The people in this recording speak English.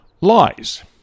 lies